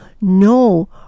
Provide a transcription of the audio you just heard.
no